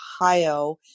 Ohio